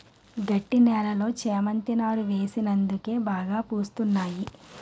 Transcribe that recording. గట్టి నేలలో చేమంతి నారు వేసినందుకే బాగా పూస్తున్నాయి